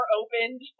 opened